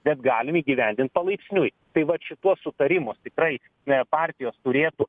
bet galim įgyvendint palaipsniui tai vat šituo sutarimus tikrai na partijos turėtų